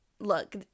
look